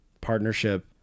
partnership